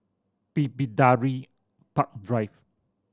Bidadari Park Drive